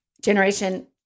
generation